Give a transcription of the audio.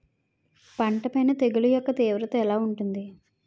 పంట పైన తెగుళ్లు యెక్క తీవ్రత ఎలా ఉంటుంది